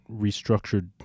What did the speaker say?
restructured